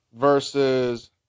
versus